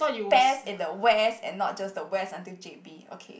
best in the West and not just the West until J_B okay